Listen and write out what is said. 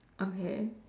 okay